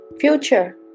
Future